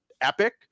epic